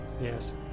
yes